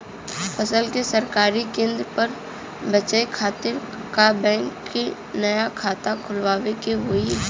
फसल के सरकारी केंद्र पर बेचय खातिर का बैंक में नया खाता खोलवावे के होई?